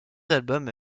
albums